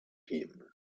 him